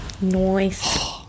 Nice